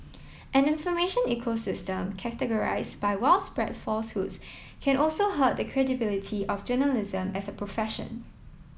an information ecosystem characterised by widespread falsehoods can also hurt the credibility of journalism as a profession